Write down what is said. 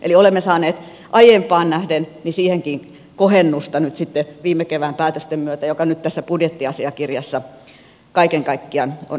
eli aiempaan nähden olemme saaneet siihenkin nyt kohennusta viime kevään päätösten myötä mikä nyt tässä budjettiasiakirjassa kaiken kaikkiaan on esillä